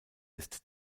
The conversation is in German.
ist